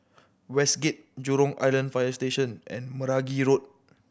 Westgate Jurong Island Fire Station and Meragi Road